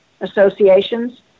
associations